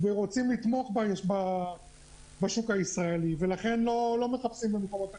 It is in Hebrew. ורוצים לתמוך בשוק הישראלי ולכן לא מחפשים במקומות אחרים.